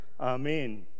Amen